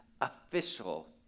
official